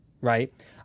right